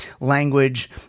language